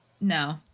no